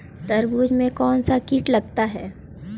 तरबूज में कौनसा कीट लगता है?